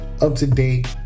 up-to-date